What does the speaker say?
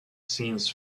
scenes